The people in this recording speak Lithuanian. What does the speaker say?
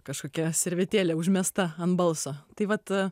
kažkokia servetėle užmesta ant balso tai vat